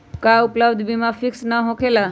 का उपलब्ध बीमा फिक्स न होकेला?